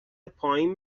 پایین